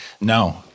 No